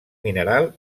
mineral